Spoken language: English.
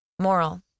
Moral